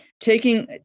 Taking